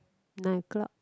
nine o-clock